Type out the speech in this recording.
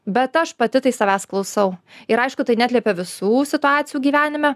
bet aš pati tai savęs klausau ir aišku tai neatliepė visų situacijų gyvenime